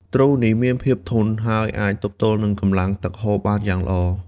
ទ្រូ នេះមានភាពធន់ ហើយអាចទប់ទល់នឹងកម្លាំងទឹកហូរបានយ៉ាងល្អ។